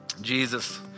Jesus